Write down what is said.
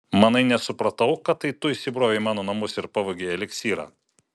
manai nesupratau kad tai tu įsibrovei į mano namus ir pavogei eliksyrą